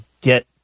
get